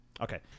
Okay